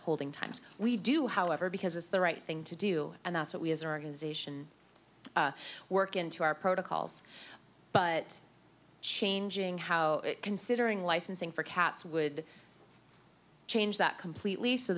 holding times we do however because it's the right thing to do and that's what we as an organization work into our protocols but changing how considering licensing for cats would change that completely so